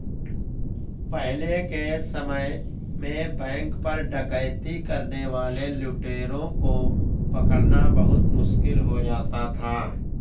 पहले के समय में बैंक पर डकैती करने वाले लुटेरों को पकड़ना बहुत मुश्किल हो जाता था